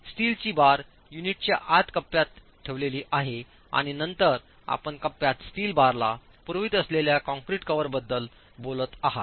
स्टीलची बार युनिटच्या आत कप्प्यात ठेवलेले आहे आणि नंतर आपण कप्प्यात स्टील बारला पुरवित असलेल्या कॉंक्रिट कव्हरबद्दल बोलत आहात